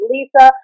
Lisa